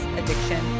addiction